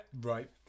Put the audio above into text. Right